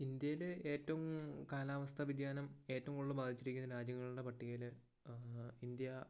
ഇന്ത്യയില് ഏറ്റവും കാലാവസ്ഥവ്യതിയാനം ഏറ്റവും കൂടുതൽ ബാധിച്ചിരിക്കുന്ന രാജ്യങ്ങളുടെ പട്ടികയില് ആണ് ഇന്ത്യ